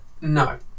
No